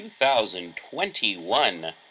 2021